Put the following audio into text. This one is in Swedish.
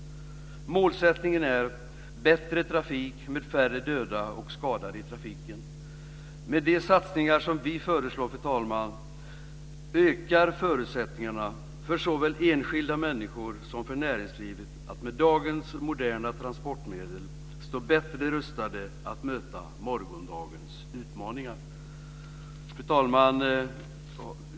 Målsättningen är bättre trafik med färre döda och skadade i trafiken. Med de satsningar som vi föreslår, fru talman, ökar förutsättningarna såväl för enskilda människor som för näringslivet att med dagens moderna transportmedel stå bättre rustade att möta morgondagens utmaningar. Fru talman!